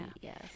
yes